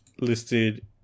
listed